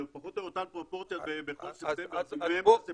אלה פחות או יותר אותן פרופורציות בכל ספטמבר --- בחודש האחרון.